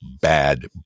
bad